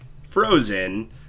frozen